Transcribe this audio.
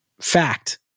fact